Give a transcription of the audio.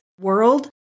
world